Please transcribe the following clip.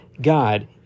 God